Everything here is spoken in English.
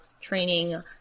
training